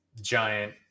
giant